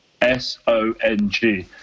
S-O-N-G